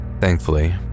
Thankfully